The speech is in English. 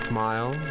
Smile